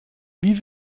wie